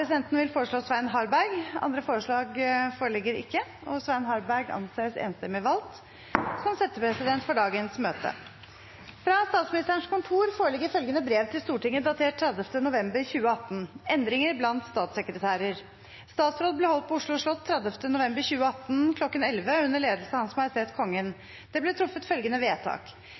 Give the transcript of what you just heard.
Presidenten vil foreslå Svein Harberg. – Andre forslag foreligger ikke, og Svein Harberg anses enstemmig valgt som settepresident for dagens møte. Fra Statsministerens kontor foreligger følgende brev til Stortinget, datert 30. november 2018: «Endringer blant statssekretærer Statsråd ble holdt på Oslo slott 30. november 2018 kl. 1100 under ledelse av Hans Majestet Kongen. Det ble truffet følgende vedtak: